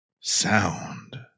sound